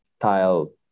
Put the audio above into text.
tile